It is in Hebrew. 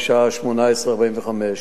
בשעה 18:45,